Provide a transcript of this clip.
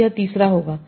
तो यह तीसरा होगा